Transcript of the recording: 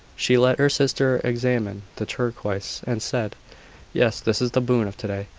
she let her sister examine the turquoise, and said yes, this is the boon of to-day.